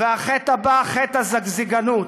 והחטא הבא, חטא הזגזגנות,